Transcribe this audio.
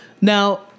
Now